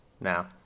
now